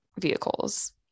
vehicles